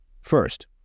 First